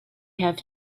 have